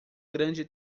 grande